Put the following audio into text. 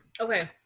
Okay